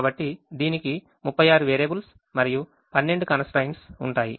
కాబట్టి దీనికి 36 వేరియబుల్స్ మరియు 12 constraints ఉంటాయి